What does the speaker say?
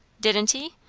didn't he?